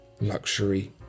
luxury